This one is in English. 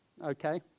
okay